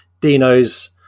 Dinos